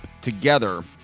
together